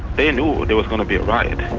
they knew there was gonna be a riot.